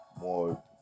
more